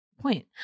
point